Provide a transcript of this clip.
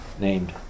named